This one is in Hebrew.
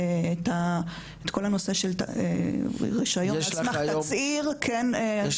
ואת כל הנושא של רישיון על סמך תצהיר --- יש